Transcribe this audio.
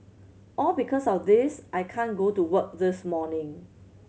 all because of this I can't go to work this morning